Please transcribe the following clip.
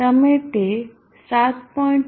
તમે તે 7